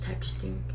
texting